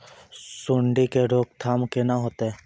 सुंडी के रोकथाम केना होतै?